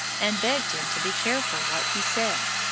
and begged him to be careful what he said.